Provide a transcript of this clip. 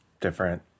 different